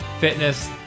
fitness